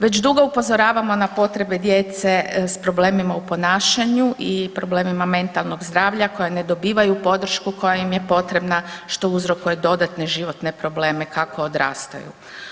Već dugo upozoravamo na potrebe djece s problemima u ponašanju i problemima mentalnog zdravlja koje ne dobivaju podršku koja im je potrebna što uzrokuje dodatne životne probleme kako odrastaju.